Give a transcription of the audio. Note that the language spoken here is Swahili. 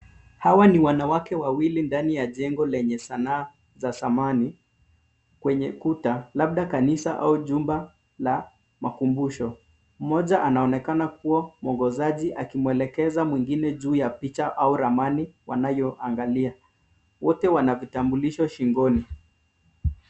Hawa ni wanawake wawili ndani ya jengo lenye sanaa za samani kwenye kuta labda kanisa au jumba la makumbusho. Mmoja anaonekana kuwa mwongozaji akimwelekeza mwingine juu ya picha au ramani wanayoangalia. Wote wana vitambulisho shingoni.